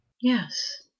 yes